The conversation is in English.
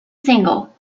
single